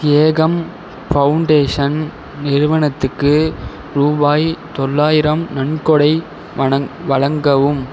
ஏகம் foundation நிறுவனத்துக்கு ரூபாய் தொள்ளாயிரம் நன்கொடை வழங்கவும்